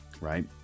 right